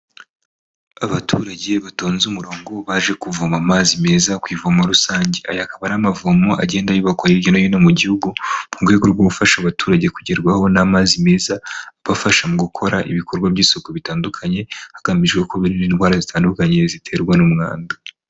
Abaturage batonze umurongo baje kuvoma amazi meza ku ivomo rusange, aya akaba ari amavomo agenda yubakwa hirya no hino mu gihugu mu rwego rwo gufasha abaturage kugerwaho n'amazi meza abafasha mu gukora ibikorwa by'isuku bitandukanye, hagamijwe kwirinda indwara zitandukanye ziterwa n'umwanda.